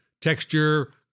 texture